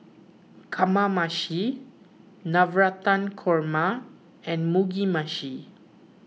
Kamameshi Navratan Korma and Mugi Meshi